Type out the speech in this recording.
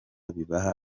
bibaha